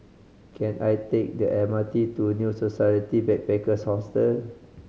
can I take the M R T to New Society Backpackers' Hotel